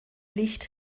licht